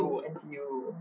N_T_U N_T_U